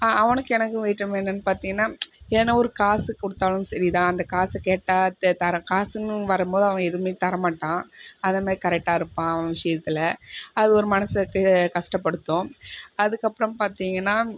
அவனுக்கும் எனக்கும் வேற்றுமை என்னன்னு பார்த்திங்கன்னா ஏன்னா ஒரு காசு கொடுத்தாலும் சரி தான் அந்த காசு கேட்டா த தர காசுன்னு வரும்போது அவன் எதுவுமே தரமாட்டான் அத மேரி கரெக்டாக இருப்பான் அவன் விஷியத்தில் அது ஒரு மனசுக்கு கஷ்டப்படுத்தும் அதற்கப்புறம் பார்த்திங்கன்னா